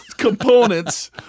components